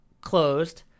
closed